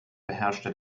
beherrschte